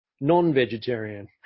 non-vegetarian